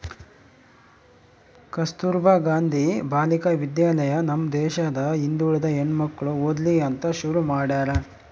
ಕಸ್ತುರ್ಭ ಗಾಂಧಿ ಬಾಲಿಕ ವಿದ್ಯಾಲಯ ನಮ್ ದೇಶದ ಹಿಂದುಳಿದ ಹೆಣ್ಮಕ್ಳು ಓದ್ಲಿ ಅಂತ ಶುರು ಮಾಡ್ಯಾರ